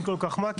אין כל כך מה,